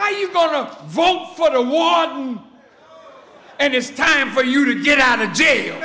are you gonna vote for the award and it's time for you to get out of jail